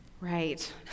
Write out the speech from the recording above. right